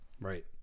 Right